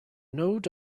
node